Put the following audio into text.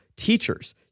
Teachers